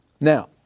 Now